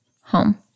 home